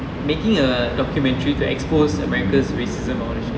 making a documentary to expose america's racism all the shit